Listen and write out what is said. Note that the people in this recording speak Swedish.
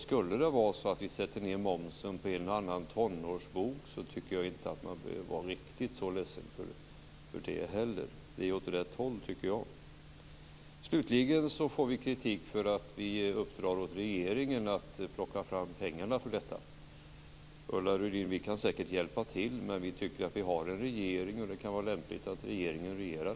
Skulle det vara så att vi sänker momsen på en och annan tonårsbok tycker jag inte att man behöver vara så ledsen för det. Det går åt rätt håll, tycker jag. Slutligen får vi kritik för att vi uppdrar åt regeringen att plocka fram pengarna för detta. Vi kan säkert hjälpa till, Ulla Rudin, men vi har en regering och vi tycker att det är lämpligt att regeringen regerar.